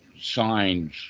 signs